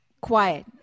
quiet